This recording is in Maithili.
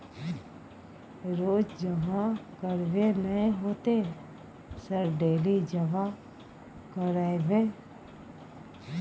रोज जमा करबे नए होते सर डेली जमा करैबै?